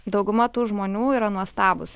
dauguma tų žmonių yra nuostabūs